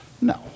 No